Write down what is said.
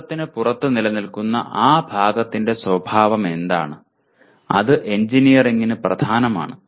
ശാസ്ത്രത്തിന് പുറത്ത് നിലനിൽക്കുന്ന ആ ഭാഗത്തിന്റെ സ്വഭാവം എന്താണ് അത് എഞ്ചിനീയറിംഗിന് പ്രധാനമാണ്